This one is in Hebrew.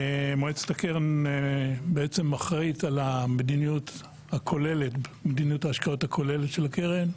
מועצת הקרן אחראית על מדיניות ההשקעות הכוללת של הקרן,